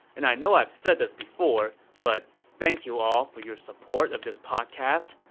and i know i've said this before, but thank you all for your support of this podcast.